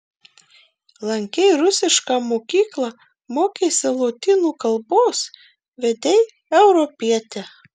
lankei rusišką mokyklą mokeisi lotynų kalbos vedei europietę